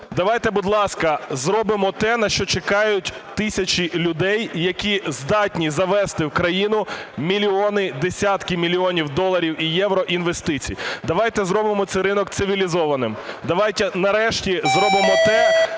Давайте, будь ласка, зробимо те, на що чекають тисячі людей, які здатні завести в країну мільйони, десятки мільйонів доларів і євро інвестицій. Давайте зробимо цей ринок цивілізованим. Давайте нарешті зробимо те,